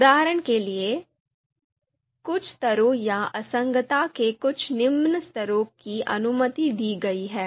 उदाहरण के लिए कुछ स्तरों या असंगतता के कुछ निम्न स्तरों की अनुमति दी गई है